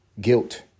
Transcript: Guilt